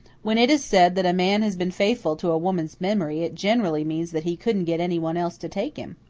when it is said that a man has been faithful to a woman's memory it generally means that he couldn't get anyone else to take him.